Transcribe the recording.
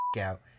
out